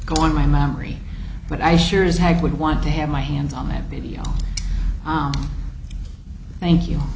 go on my maori but i sure as heck would want to have my hands on that video thank you